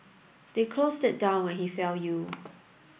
they closed it down when he fell ill